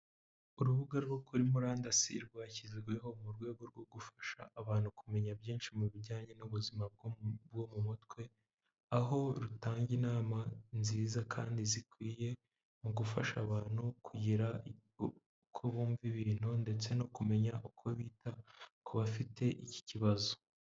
Urubuga rwo kuri murandasi rwashyizweho mu rwego rwo gufasha abantu kumenya byinshi mu bijyanye n'ubuzima bwo mu mutwe, aho rutanga inama nziza kandi zikwiye mu gufasha abantu kugira uko bumva ibintu ndetse no kumenya uko bita ku bafite iki kibazo.